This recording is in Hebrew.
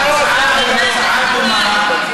ההצעה היא הצעה דומה,